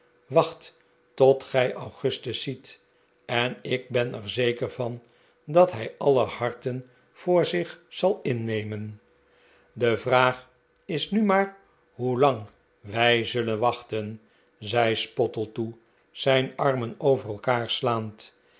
wacht tot gij augustus ziet en ik ben er zeker van dat hij aller harten voor zich zal innemen de vraag is nu maar hoelang wij zullen wachten zei spottletoe zijn armen over elkaar slaand